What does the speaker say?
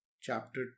chapter